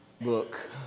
book